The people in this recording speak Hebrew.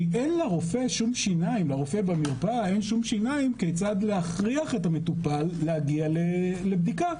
כי אין לרופא שום שיניים כיצד להכריח את המטופל להגיע לבדיקה.